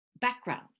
background